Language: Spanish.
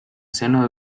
seno